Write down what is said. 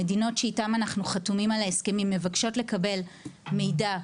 המדינות שאיתן אנחנו חתומים מבקשות לקבל מידע,